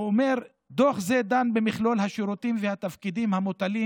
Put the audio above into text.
הוא אומר: "דוח זה דן במכלול השירותים והתפקידים המוטלים